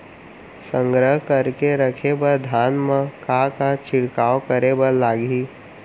संग्रह करके रखे बर धान मा का का छिड़काव करे बर लागही?